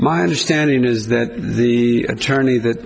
my understanding is that the attorney that